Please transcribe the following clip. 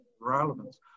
relevance